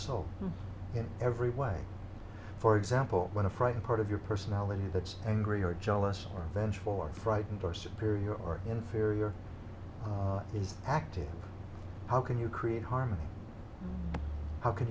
soul in every way for example when a frightened part of your personality that's angry or jealous or vengeful are frightened or superior or inferior is acting how can you create harmony how c